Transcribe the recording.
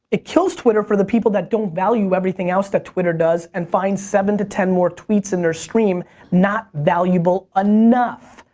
it kills twitter for the people that don't value everything else that twitter does, and find seven to ten more tweets in their stream not valuable enough.